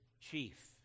chief